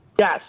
Yes